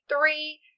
three